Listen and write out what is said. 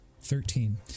Thirteen